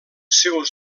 seus